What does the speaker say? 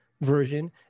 version